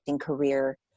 career